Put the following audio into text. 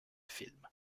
film